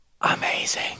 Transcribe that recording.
amazing